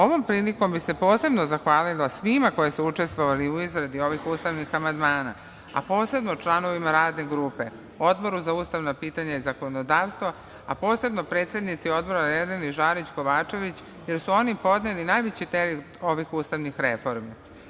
Ovom prilikom bi se posebno zahvalila svima koji su učestvovali u izradu ovih ustavnih amandmana, posebno članovima radne grupe, Odboru za ustavna pitanja i zakonodavstvo, i posebno predsednici Odbora Jeleni Žarić Kovačević, jer su oni podneli najveći teret ovih ustavnih reformi.